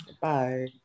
Bye